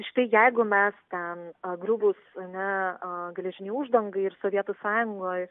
štai jeigu mes ten griuvus ne geležinei uždanga ir sovietų sąjungoj